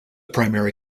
primary